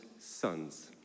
sons